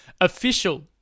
official